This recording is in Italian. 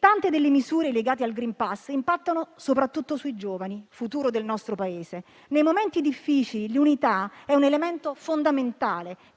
Tante misure legate al *green pass*, impattano soprattutto sui giovani, futuro del nostro Paese. Nei momenti difficili l'unità è un elemento fondamentale,